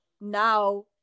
now